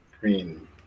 Green